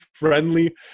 friendly